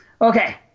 okay